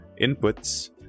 inputs